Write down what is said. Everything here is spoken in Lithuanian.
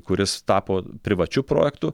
kuris tapo privačiu projektu